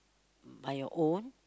by your own